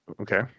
okay